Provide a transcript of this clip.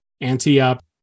Anti-Up